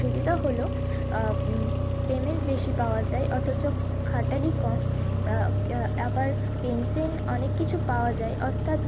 সুবিধা হলো পেমেন্ট বেশী পাওয়া যায় অথচ খাটালি কম আবার পেনশান অনেক কিছুই পাওয়া যায় অর্থাৎ